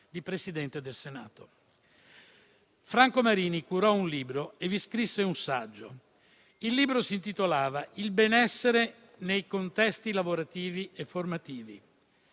di Presidente del Senato. Franco Marini curò un libro e vi scrisse un saggio. Il libro si intitolava "Il benessere nei contesti lavorativi e formativi".